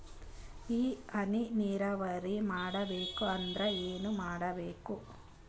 ಈ ಹನಿ ನೀರಾವರಿ ಮಾಡಬೇಕು ಅಂದ್ರ ಏನ್ ಮಾಡಿರಬೇಕು?